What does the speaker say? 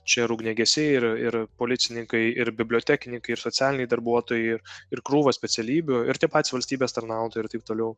čia ir ugniagesiai ir ir policininkai ir bibliotekininkai ir socialiniai darbuotojai ir krūva specialybių ir tie patys valstybės tarnautojai ir taip toliau